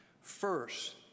First